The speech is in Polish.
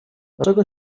dlaczego